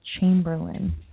Chamberlain